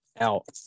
out